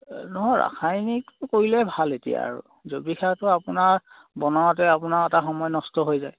নহয় ৰাসায়নিকটো কৰিলেই ভাল এতিয়া আৰু জৈৱিক সাৰটো আপোনাৰ বনাওঁতে আপোনাৰ এটা সময় নষ্ট হৈ যায়